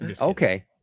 Okay